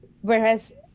Whereas